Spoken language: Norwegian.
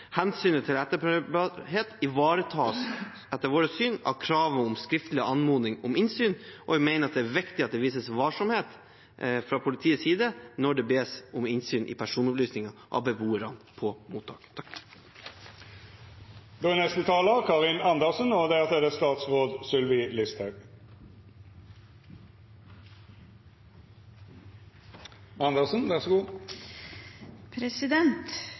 Hensynet til etterprøvbarhet ivaretas etter vårt syn av kravet om skriftlig anmodning om innsyn, men vi mener det er viktig at det vises varsomhet fra politiets side når det bes om innsyn i personopplysninger om beboere på mottakene. Politiets behov for opplysninger om hvem som bor på mottak, eller som har forlatt det, er et legitimt behov. Det